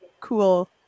cool